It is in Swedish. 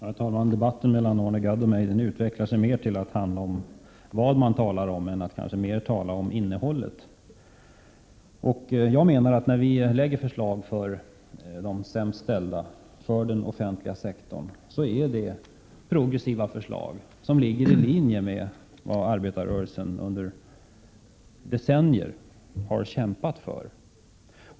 Herr talman! Debatten mellan Arne Gadd och mig utvecklar sig till att handla mer om vad man talar om än om innehållet i det som sägs. När vpk framlägger förslag som gynnar de sämst ställda och den offentliga sektorn, är det progressiva förslag som ligger i linje med vad arbetarrörelsen under decennier har kämpat för.